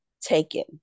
taken